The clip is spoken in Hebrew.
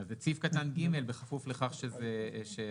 את סעיף קטן (ג) בכפוף לכך שהתקנות